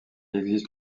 existe